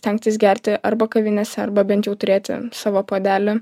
stengtis gerti arba kavinėse arba bent jau turėti savo puodelį